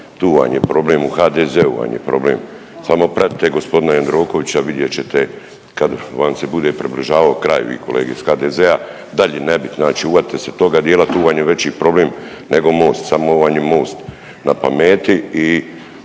Tu vam je problem u HDZ-u vam je problem. Samo pratite gospodina Jandrokovića vidjet ćete kada vam se bude približavao kraj vi kolege iz HDZ-a, dalje nebitno. Znači uhvatite se toga dijela. Tu vam je veći problem nego Most. Samo vam je Most na pameti.